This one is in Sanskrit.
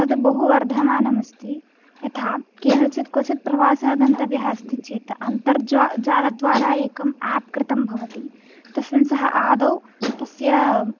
तद् बहु वर्धमानम् अस्ति यथा केनचित् क्वचित् प्रवासः गन्तव्यः अस्ति चेत् अन्तर्जा जालद्वारा एकं एप् कृतं भवति तस्मिन् सः अदौ तस्य